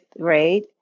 grade